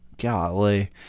Golly